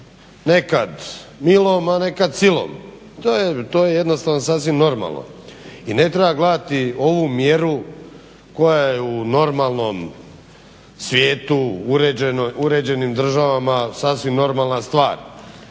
nekad milom, a nekad silom. To je jednostavno sasvim normalno. I ne treba gledati ovu mjeru koja je u normalnom svijetu uređenim državama sasvim normalna stvar.